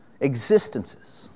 existences